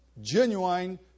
genuine